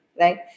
right